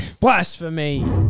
Blasphemy